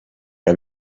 que